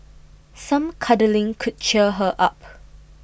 some cuddling could cheer her up